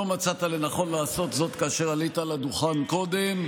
לא מצאת לנכון לעשות זאת כאשר עלית לדוכן קודם,